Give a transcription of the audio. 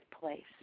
place